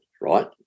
right